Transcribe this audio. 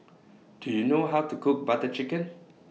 Do YOU know How to Cook Butter Chicken